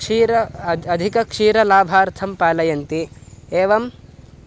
क्षीरं अद् अधिकक्षीरलाभार्थं पालयन्ति एवं